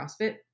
CrossFit